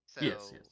Yes